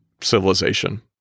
civilization